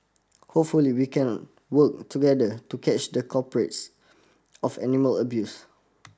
hopefully we can work together to catch the culprits of animal abuse